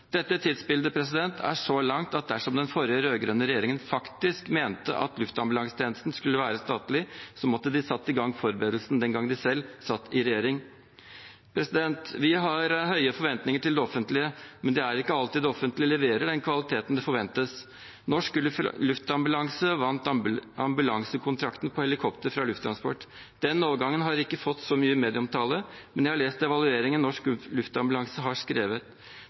Dette tidsbildet er så langt at dersom den forrige, rød-grønne regjeringen faktisk mente at luftambulansetjenesten skulle vært statlig, måtte de ha satt i gang forberedelsen den gangen de selv satt i regjering. Vi har høye forventninger til det offentlige, men det er ikke alltid det offentlige leverer den kvaliteten som forventes. Norsk Luftambulanse, NLA, vant ambulansekontrakten på helikopter fra Lufttransport. Den overgangen har ikke fått så mye medieomtale, men jeg har lest evalueringen Norsk Luftambulanse har skrevet.